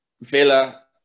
villa